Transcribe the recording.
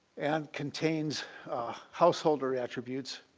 and contains householder attributes,